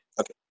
Okay